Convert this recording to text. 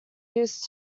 used